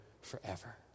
forever